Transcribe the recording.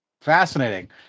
fascinating